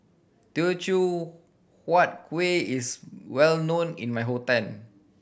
Teochew Huat Kuih is well known in my hometown